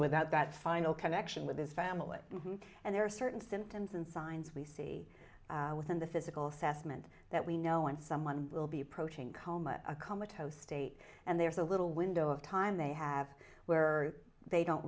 without that final connection with his family and there are certain symptoms and signs we see within the physical sassaman that we know when someone will be approaching coma a coma toe state and there's a little window of time they have where they don't